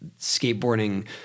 skateboarding